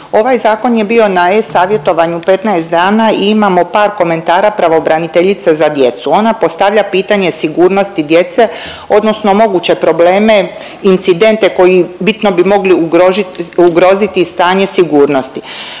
Ovaj zakon je bio na e-savjetovanju 15 dana i imamo par komentara pravobraniteljice za djecu. Ona postavlja pitanje sigurnosti djece odnosno moguće probleme, incidente koji bitno bi mogli ugroziti stanje sigurnosti.